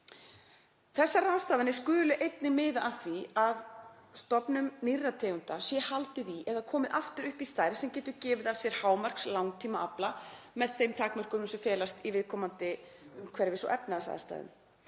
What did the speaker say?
Þessar ráðstafanir skulu einnig miða að því að stofnum nýttra tegunda sé haldið í eða komið aftur upp í stærð sem getur gefið af sér hámarkslangtímaafla, með þeim takmörkunum sem felast í viðkomandi umhverfis- og efnahagsaðstæðum,